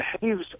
behaves